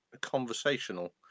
conversational